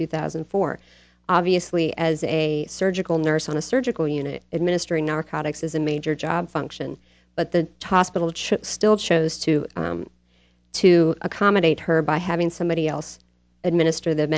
two thousand and four obviously as a surgical nurse on a surgical unit administering narcotics is a major job function but the toss spittal still chose to to accommodate her by having somebody else administer the